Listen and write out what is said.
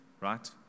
right